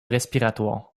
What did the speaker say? respiratoires